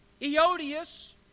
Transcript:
Eodius